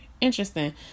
Interesting